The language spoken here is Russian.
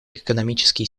экономические